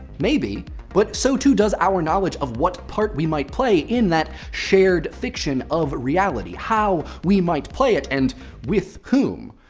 maybe. but so too does our knowledge of what part we might play in that shared fiction of a reality, how we might play it and with whom.